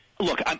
Look